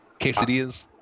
Quesadillas